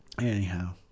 Anyhow